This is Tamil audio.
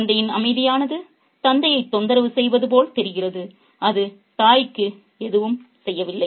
குழந்தையின் அமைதியானது தந்தையை தொந்தரவு செய்வது போல் தெரிகிறது அது தாய்க்கு எதுவும் செய்யவில்லை